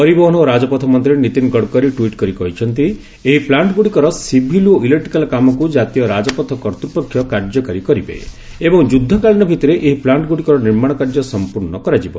ପରିବହନ ଓ ରାଜପଥ ମନ୍ତ୍ରୀ ନିତିନ୍ ଗଡକରୀ ଟୁଇଟ୍ କରି କହିଛନ୍ତି ଏହି ପ୍ଲାଣ୍ଟଗୁଡିକର ସିଭିଲ ଓ ଇଲେକ୍ଟିକାଲ କାମକୁ ଜାତୀୟ ରାଜପଥ କର୍ତ୍ତୃପକ୍ଷ କାର୍ଯ୍ୟକାରୀ କରିବେ ଏବଂ ଯୁଦ୍ଧକାଳୀନ ଭିଭିରେ ଏହି ପ୍ଲାଙ୍କଗୁଡିକର ନିର୍ମାଣ କାର୍ଯ୍ୟ ସମ୍ପୂର୍ଣ୍ଣ କରାଯିବ